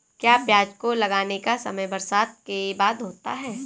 क्या प्याज को लगाने का समय बरसात के बाद होता है?